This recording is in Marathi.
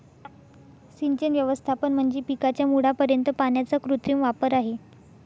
सिंचन व्यवस्थापन म्हणजे पिकाच्या मुळापर्यंत पाण्याचा कृत्रिम वापर आहे